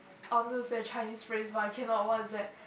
I want to say a Chinese phrase but I cannot what is that